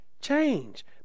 change